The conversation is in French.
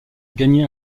gagné